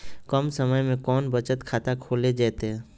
कम समय में कौन बचत खाता खोले जयते?